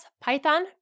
Python